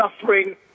suffering